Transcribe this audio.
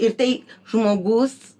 ir tai žmogus